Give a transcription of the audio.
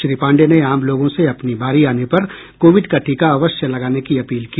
श्री पांडे ने आम लोगों से अपनी बारी आने पर कोविड का टीका अवश्य लगाने की अपील की